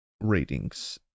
ratings